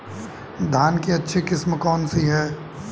धान की अच्छी किस्म कौन सी है?